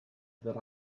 that